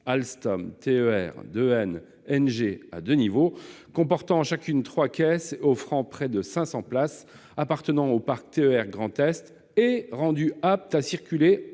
Alstom TER 2N NG à deux niveaux, comportant chacune trois caisses offrant près de cinq cents places, appartenant au parc TER Grand Est et rendues aptes à circuler